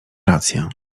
rację